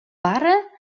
barre